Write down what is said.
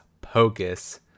Pocus